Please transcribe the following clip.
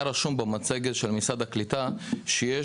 היה רשום במצגת של משרד הקליטה שיש